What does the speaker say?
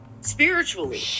spiritually